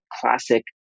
classic